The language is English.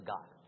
God